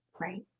Right